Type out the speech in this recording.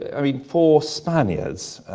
i mean, for spaniards,